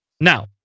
Now